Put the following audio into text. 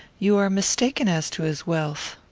you are mistaken as to his wealth.